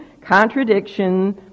contradiction